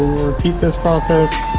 we'll repeat this process